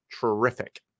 terrific